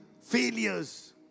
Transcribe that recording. failures